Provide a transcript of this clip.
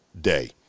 day